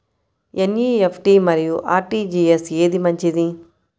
NEFT మరియు RTGS ఏది మంచిది?